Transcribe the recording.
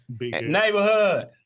Neighborhood